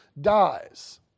dies